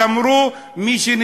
אני שואל,